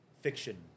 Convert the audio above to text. fiction